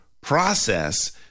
process